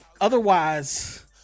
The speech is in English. Otherwise